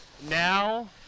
Now